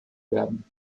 werden